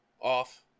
off